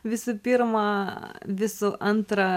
visų pirma visų antra